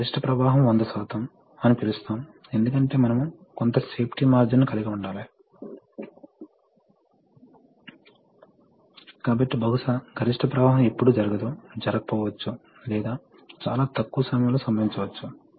ఇప్పుడు సిస్టమ్ భాగాలలో కంప్రెసర్ అనేది ప్రెషర్ సోర్స్ కొన్నిసార్లు మీరు ఒక లీనియర్ ఎయిర్ సిలిండర్ కలిగి ఉండవచ్చు లేదా కొన్నిసార్లు మీరు న్యూమాటిక్ మోటారు రిజర్వాయర్ లేదా అక్యుమ్యులేటర్ కూడా కలిగి ఉండవచ్చు న్యూమాటిక్ సిస్టమ్ స్పందిస్తున్నందున రిజర్వాయర్ అక్యుమ్యులేటర్ చాలా అవసరం